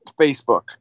Facebook